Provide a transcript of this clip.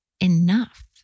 enough